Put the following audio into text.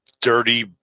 Dirty